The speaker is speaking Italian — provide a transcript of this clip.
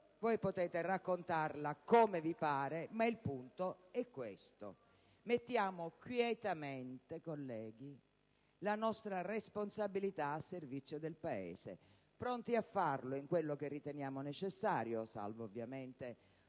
Potete raccontarla come vi pare, ma il punto è questo. Mettiamo quietamente, colleghi, la nostra responsabilità al servizio del Paese, pronti a farlo in quello che riteniamo necessario - salva, ovviamente,